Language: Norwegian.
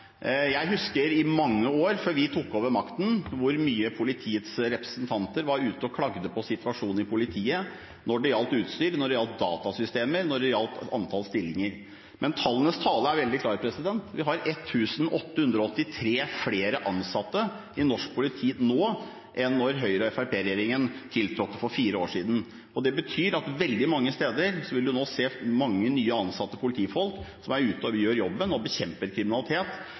Jeg husker – i mange år før vi tok over makten – hvor mye politiets representanter var ute og klaget på situasjonen i politiet når det gjaldt utstyr, når det gjaldt datasystemer, og når det gjaldt antall stillinger. Men tallenes tale er veldig klar: Vi har 1 883 flere ansatte i norsk politi nå enn da Høyre–Fremskrittsparti-regjeringen tiltrådte for fire år siden. Det betyr at man veldig mange steder nå vil se mange nye ansatte politifolk som er ute og gjør jobben, og bekjemper kriminalitet.